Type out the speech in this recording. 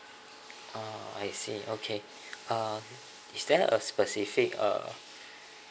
ah I see okay uh is there a specific uh